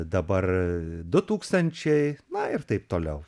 dabar du tūkstančiai na ir taip toliau